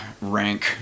rank